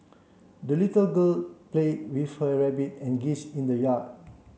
the little girl played with her rabbit and geese in the yard